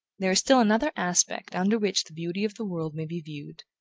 there is still another aspect under which the beauty of the world may be viewed,